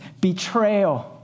betrayal